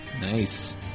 Nice